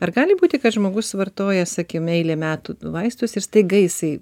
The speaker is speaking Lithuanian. ar gali būti kad žmogus vartoja sakykim eilę metų vaistus ir staiga jisai